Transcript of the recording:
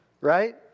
Right